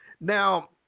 Now